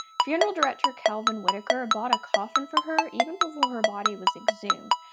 funeral director calvin whitaker bought a coffin for her even before her body was exhumed.